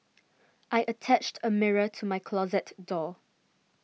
I attached a mirror to my closet door